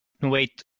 Wait